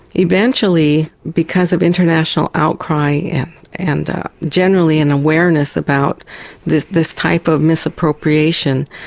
eventually, because of international outcry and generally an awareness about this this type of misappropriation,